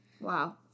wow